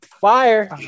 Fire